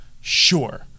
Sure